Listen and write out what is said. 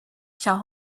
shall